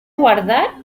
guardar